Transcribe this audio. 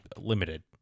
limited